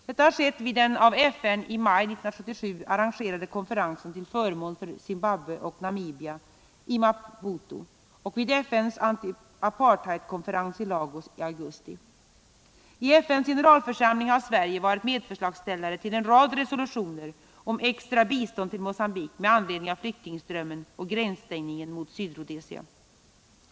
Detta har skett vid den av FN i maj 1977 arrangerade konferensen till förmån för Zimbabwe och Namibia i Maputo och vid FN:s antiapartheidskonferens i Lagos i augusti. I FN:s generalförsamling har Sverige varit medförslagsställare till en rad resolutioner om extra bistånd till Mogambique med anledning av flyktingströmmen och gränsstängningen mot Sydrhodesia.